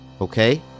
Okay